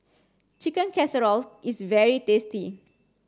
Chicken Casserole is very tasty